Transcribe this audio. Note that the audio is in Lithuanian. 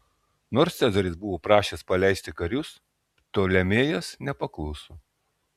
nors cezaris buvo prašęs paleisti karius ptolemėjas nepakluso